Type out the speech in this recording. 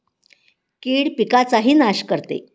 कीड पिकाचाही नाश करते